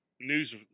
news